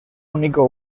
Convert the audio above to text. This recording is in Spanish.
único